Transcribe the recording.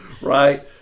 Right